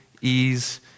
ease